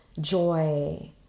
joy